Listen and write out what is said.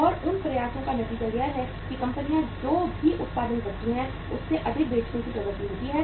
और उन प्रयासों का नतीजा यह है कि कंपनियां जो भी उत्पादन करती हैं उससे अधिक बेचने की प्रवृत्ति होती है